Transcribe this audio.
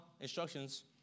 instructions